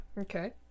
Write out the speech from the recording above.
Okay